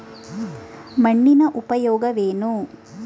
ಮಣ್ಣಿನ ಉಪಯೋಗವೇನು?